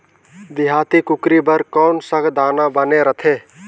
देहाती कुकरी बर कौन सा दाना बने रथे?